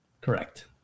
Correct